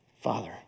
Father